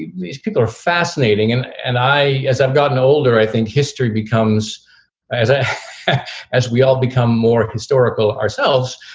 these people are fascinating. and and i as i've gotten older, i think history becomes as i as we all become more historical ourselves,